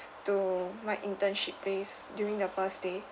to my internship place during the first day